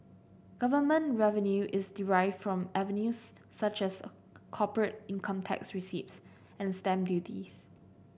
government revenue is derived from avenues such as corporate income tax receipts and stamp duties